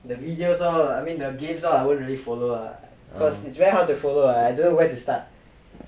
oh